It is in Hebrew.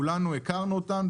כולנו הכרנו אותם,